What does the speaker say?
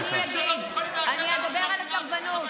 נגד סרבנים.